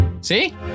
See